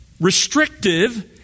restrictive